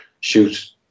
shoot